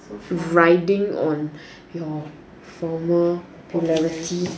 riding on your former popularity